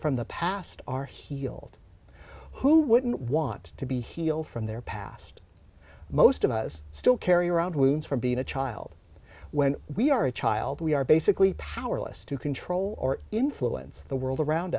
from the past are healed who wouldn't want to be healed from their past most of us still carry around winds from being a child when we are a child we are basically powerless to control or influence the world around